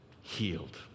healed